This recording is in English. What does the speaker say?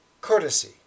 courtesy